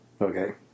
Okay